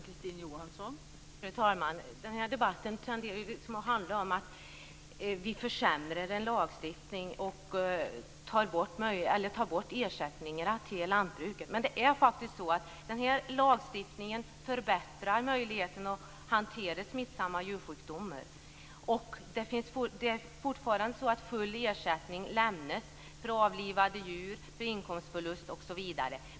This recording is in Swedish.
Fru talman! Den här debatten tenderar att handla om att vi försämrar en lagstiftning och tar bort ersättningarna till lantbruket. Men det är faktiskt så att den här lagstiftningen förbättrar möjligheten att hantera smittsamma djursjukdomar. Det är fortfarande så att full ersättning lämnas för avlivade djur, för inkomstförlust osv.